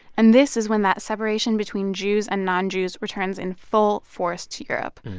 and this is when that separation between jews and non-jews returns in full force to europe.